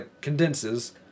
condenses